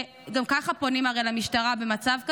גם ככה פונים הרי למשטרה במצב כזה,